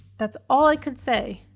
that's all i could say.